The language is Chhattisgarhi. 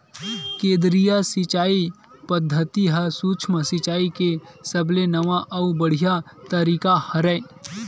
केदरीय सिचई पद्यति ह सुक्ष्म सिचाई के सबले नवा अउ बड़िहा तरीका हरय